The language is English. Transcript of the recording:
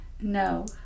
No